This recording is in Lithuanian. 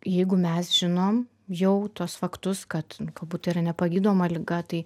jeigu mes žinom jau tuos faktus kad galbūt yra nepagydoma liga tai